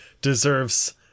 deserves